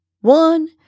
one